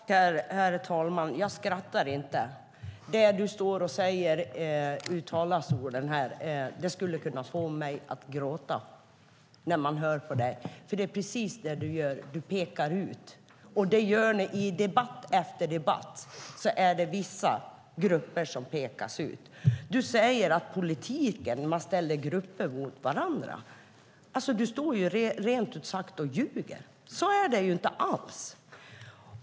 Herr talman! Jag skrattar inte. Det Richard Jomshof säger kan få mig att gråta. Du pekar ut - i debatt efter debatt pekas vissa grupper ut. Richard Jomshof säger att man ställer grupper mot varandra i politiken. Du ljuger rent ut sagt. Så är det inte alls.